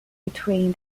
between